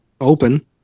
open